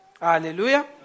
Hallelujah